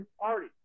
party